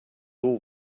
all